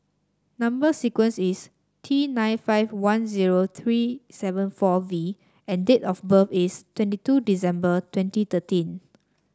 number sequence is T nine five one zero three seven four V and date of birth is twenty two December twenty thirteen